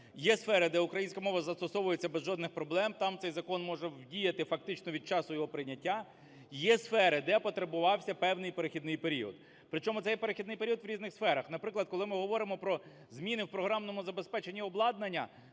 Є сфери, де українська мова застосовується без жодних проблем, там цей закон може діяти фактично від часу його прийняття. Є сфери, де потребувався певний перехідний період. Причому цей перехідний період в різних сферах. Наприклад, коли ми говоримо про зміни в програмному забезпеченні обладнання